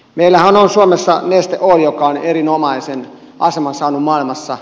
meillähän on suomessa neste oil joka on erinomaisen aseman saanut maailmassa